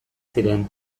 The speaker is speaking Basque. ziren